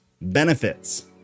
benefits